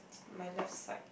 my left side